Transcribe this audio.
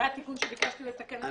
זה התיקון שביקשתי לתקן.